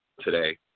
today